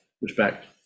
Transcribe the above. respect